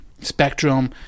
spectrum